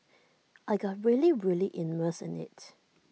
I got really really immersed in IT